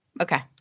Okay